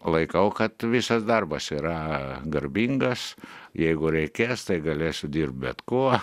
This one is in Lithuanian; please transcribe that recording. laikau kad visas darbas yra garbingas jeigu reikės tai galėsiu dirbt bet kuo